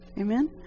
Amen